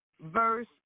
verse